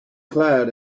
clyde